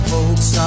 Folks